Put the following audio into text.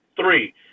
Three